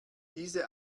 diese